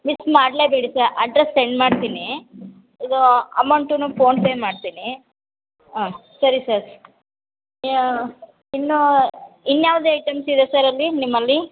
miss ಮಾಡಲೇಬೇಡಿ sir address send ಮಾಡ್ತೀನಿ ಇದು ಅಮೌಂಟು ಫೋನ್ಪೇ ಮಾಡ್ತೀನಿ ಆಂ ಸರಿ ಸರ್ ಇನ್ನೂ ಇನ್ನೂ ಯಾವ್ದು ಐಟೆಮ್ಸ್ ಇದೆ ಸರ್ ಅಲ್ಲಿ ನಿಮ್ಮಲ್ಲಿ